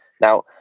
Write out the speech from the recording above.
Now